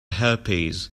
herpes